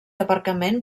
aparcament